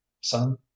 Sun